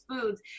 foods